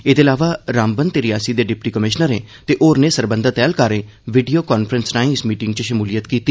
एहदे अलावा रामबन ते रियासी दे डिप्टी कमिशनरें ते होरनें सरबंधत ऐहलकारें वीडियो कांफ्रेंस राएं इस मीटिंग च शमूलियत कीती